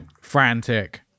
frantic